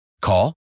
Call